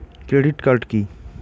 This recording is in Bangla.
Credit card key?